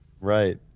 Right